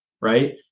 right